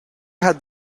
had